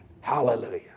Hallelujah